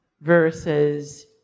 versus